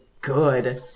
good